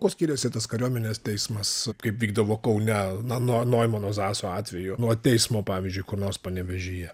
kuo skiriasi tas kariuomenės teismas kaip vykdavo kaune na nuo noimano zaso atvejo nuo teismo pavyzdžiui kur nors panevėžyje